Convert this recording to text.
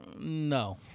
No